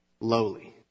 lowly